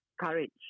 courage